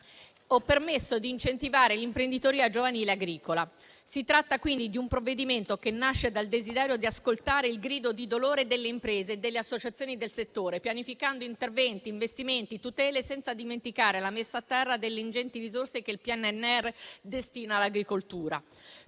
o permesso di incentivare l'imprenditoria giovanile agricola. Si tratta quindi di un provvedimento che nasce dal desiderio di ascoltare il grido di dolore delle imprese e delle associazioni del settore, pianificando interventi, investimenti e tutele, senza dimenticare la messa a terra delle ingenti risorse che il PNRR destina all'agricoltura.